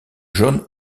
jon